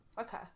Okay